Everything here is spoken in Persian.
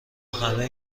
همه